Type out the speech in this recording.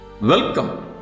Welcome